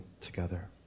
together